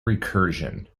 recursion